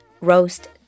roast